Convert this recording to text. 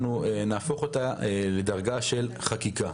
אנחנו נהפוך אותה לדרגה של חקיקה.